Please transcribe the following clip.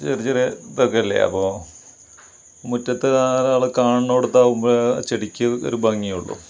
ചെറിയ ചെറിയ ഇതൊക്കെ അല്ലെ അപ്പം മുറ്റത്ത് നാലാൾ കാണുന്നിടത്തവുമ്പോൾ ചെടിക്ക് ഒരു ഭംഗിയുള്ളു